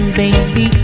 baby